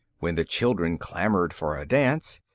when the children clamoured for a dance,